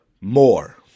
More